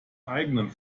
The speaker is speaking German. eigenen